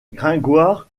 gringoire